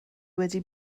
wedi